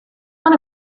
one